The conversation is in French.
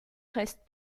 reste